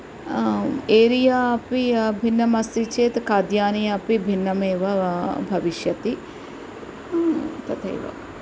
area अपि भिन्नं अस्ति चेत् खाद्यानि अपि भिन्नमेव भविष्यति तथैव